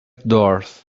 doors